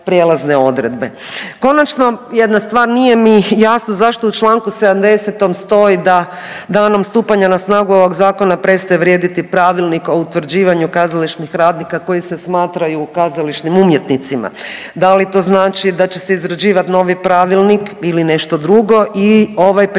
Konačno jedna stvar, nije mi jasno zašto u čl. 70. stoji da danom stupanja na snagu ovog zakona prestaje vrijediti Pravilnik o utvrđivanju kazališnih radnika koji se smatraju kazališnim umjetnicima, da li to znači da će se izrađivat novi pravilnik ili nešto drugo i ovaj prijedlog